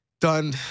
done